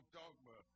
dogma